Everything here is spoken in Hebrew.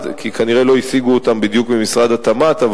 כי כנראה לא השיגו אותם בדיוק במשרד התמ"ת,